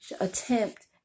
attempt